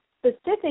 specific